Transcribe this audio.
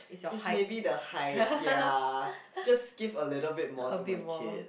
is maybe the height ya just give a little bit more to my kid